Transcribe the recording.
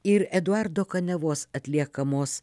ir eduardo kaniavos atliekamos